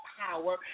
power